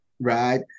right